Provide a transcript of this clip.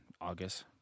August